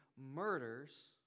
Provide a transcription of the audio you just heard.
murders